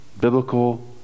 biblical